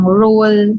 role